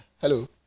hello